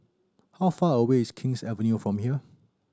how far away is King's Avenue from here